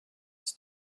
ist